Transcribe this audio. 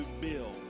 Bill